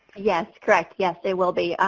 yes, correct. yes, it will be.